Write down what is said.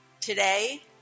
Today